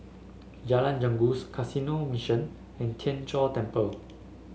Jalan Janggus Canossian Mission and Tien Chor Temple